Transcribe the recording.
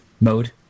mode